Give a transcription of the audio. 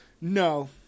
No